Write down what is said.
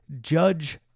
Judge